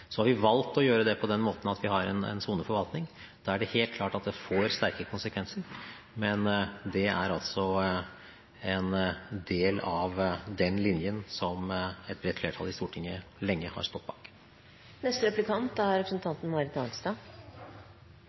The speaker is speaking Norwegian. Så har vi valgt å gjøre det på den måten at vi har en soneforvaltning, og da er det helt klart at det får sterke konsekvenser, men det er altså en del av den linjen som et bredt flertall i Stortinget lenge har stått